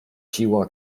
siła